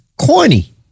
corny